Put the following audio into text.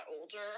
older